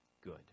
good